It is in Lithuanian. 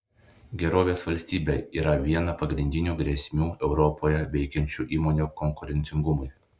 gerovės valstybė yra viena pagrindinių grėsmių europoje veikiančių įmonių konkurencingumui